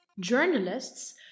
Journalists